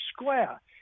square